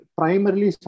primarily